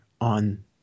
on